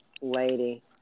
lady